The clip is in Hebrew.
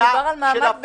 מדובר על מעמד הביניים.